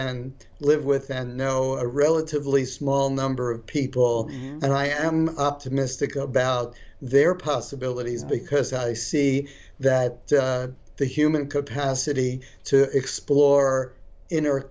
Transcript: and live with and know a relatively small number of people and i am optimistic about their possibilities because i see that the human capacity to explore inner